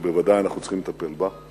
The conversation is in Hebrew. שוודאי שאנחנו צריכים לטפל בה.